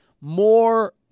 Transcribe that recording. more